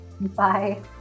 Bye